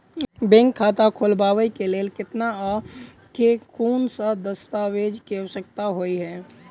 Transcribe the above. Bank खाता खोलबाबै केँ लेल केतना आ केँ कुन सा दस्तावेज केँ आवश्यकता होइ है?